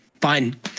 fine